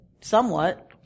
somewhat